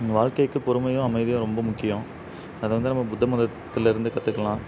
வாழ்க்கைக்கு பொறுமையும் அமைதியும் ரொம்ப முக்கியம் அதை வந்து நம்ம புத்த மதத்துலிருந்து கற்றுக்கலாம்